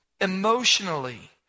emotionally